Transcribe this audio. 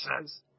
says